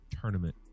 tournament